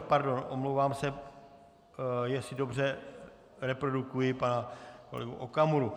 Pardon, omlouvám se, jestli dobře reprodukuji pana kolegu Okamuru.